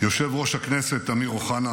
יושב-ראש הכנסת אמיר אוחנה,